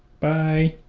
bye